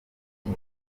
ngo